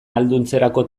ahalduntzerako